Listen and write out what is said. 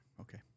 Okay